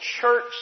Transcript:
church